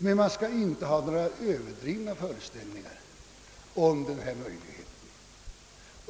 Men man skall emellertid inte ha några överdrivna föreställningar om möjligheterna att nå resultat den vägen.